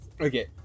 Okay